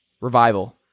revival